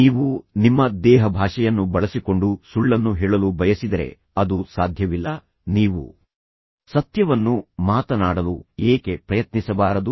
ನೀವು ನಿಮ್ಮ ದೇಹಭಾಷೆಯನ್ನು ಬಳಸಿಕೊಂಡು ಸುಳ್ಳನ್ನು ಹೇಳಲು ಬಯಸಿದರೆ ಅದು ಸಾಧ್ಯವಿಲ್ಲ ನೀವು ಸತ್ಯವನ್ನು ಮಾತನಾಡಲು ಏಕೆ ಪ್ರಯತ್ನಿಸಬಾರದು